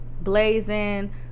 Blazing